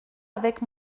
avec